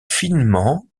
finement